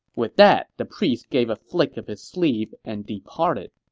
with that, the priest gave a flick of his sleeve and departed